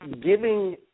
Giving